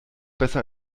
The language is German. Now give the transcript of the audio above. besser